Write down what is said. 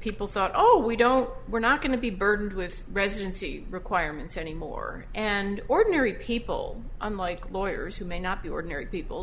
people thought oh we don't we're not going to be burdened with residency requirements anymore and ordinary people unlike lawyers who may not be ordinary people